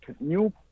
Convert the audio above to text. new